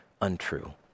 untrue